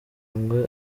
ngo